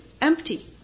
empty